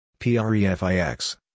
PREFIX